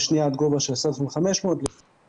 והשנייה עד גובה של 10,500 --- רגע,